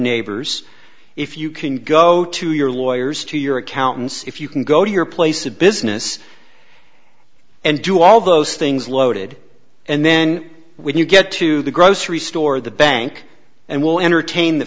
neighbors if you can go to your lawyers to your accountant's if you can go to your place of business and do all those things loaded and then when you get to the grocery store the bank and will entertain the